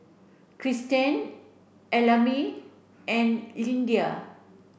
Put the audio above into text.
Cristen Ellamae and Lyndia